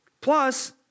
Plus